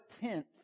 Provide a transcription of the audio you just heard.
tense